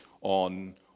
on